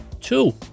Two